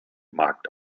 markt